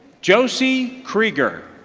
josie kreiger.